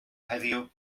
heddiw